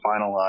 finalize